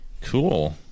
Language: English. cool